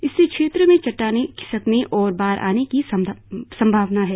इससे क्षेत्र में चट्टानें खिसकने और बाढ़ आने की संभावना है